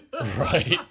right